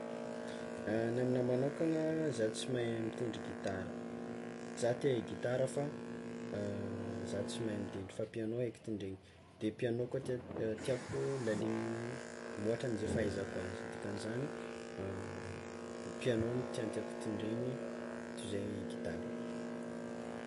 Ny aminah manokana, zah tsy mahay mitendry gitara, zah te ahay gitara fa zah tsy mahay mitendry fa piano haiko tendregna, de piano tià- tiàko laligniny mihoatra anizay fahaizako azy, dikan'izany piano no tiàtiàko tindreny toy izay gitara.